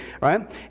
right